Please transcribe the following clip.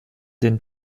den